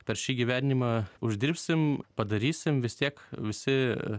per šį gyvenimą uždirbsim padarysim vis tiek visi